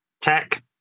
tech